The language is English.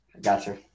Gotcha